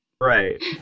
right